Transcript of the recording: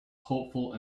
hopeful